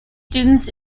students